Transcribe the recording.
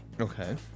Okay